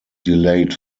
delayed